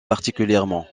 particulièrement